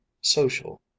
social